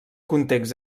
context